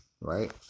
right